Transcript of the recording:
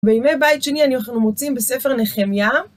בימי בית שני אנחנו מוצאים בספר נחמיה